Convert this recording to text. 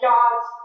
God's